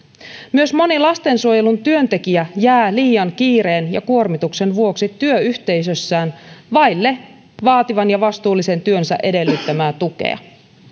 myös moni lastensuojelun työntekijä jää liian kiireen ja kuormituksen vuoksi työyhteisössään vaille vaativan ja vastuullisen työnsä edellyttämää tukea